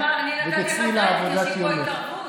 אני נתתי לך קרדיט, יש לי פה התערבות.